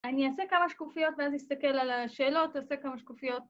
‫אני אעשה כמה שקופיות ‫ואז אסתכל על השאלות. ‫עושה כמה שקופיות.